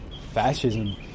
fascism